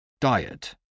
diet